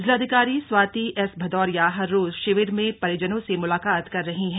जिलाधिकारी स्वाति एस भदौरिया हर रोज शिविर में परिजनों से मुलाकात कर रही हैं